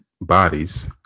bodies